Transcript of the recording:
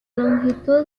longitud